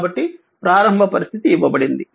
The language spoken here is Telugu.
కాబట్టి ప్రారంభ పరిస్థితి ఇవ్వబడినది